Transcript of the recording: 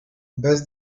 base